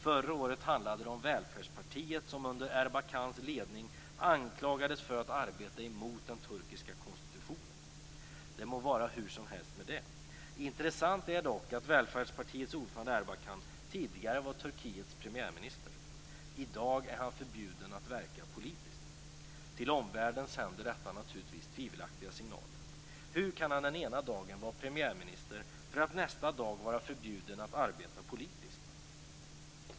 Förra året handlade det om Välfärdspartiet som under Erbakans ledning anklagades för att arbeta emot den turkiska konstitutionen. Det må vara hur som helst med det. Intressant är dock att Välfärdspartiets ordförande Erbakan tidigare var Turkiets premiärminister. I dag är han förbjuden att verka politiskt. Till omvärlden sänder detta naturligtvis tvivelaktiga signaler. Hur kan han den ena dagen vara premiärminister för att nästa dag vara förbjuden att arbeta politiskt?